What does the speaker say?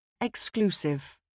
Exclusive